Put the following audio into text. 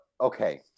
okay